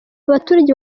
abaturage